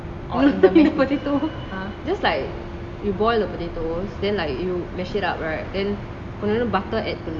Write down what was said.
on the potatoes just like you boil the potatoes then like you mash it up right then இன்னும்:inum butter add to